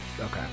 Okay